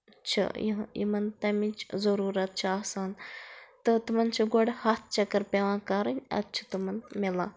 چھُ یِہ یِمَن تَمِچ ضروٗرت چھِ آسان تہٕ تِمَن چھِ گۄڈٕ ہَتھ چَکَر پٮ۪وان کَرٕنۍ اَدٕ چھِ تِمَن میلان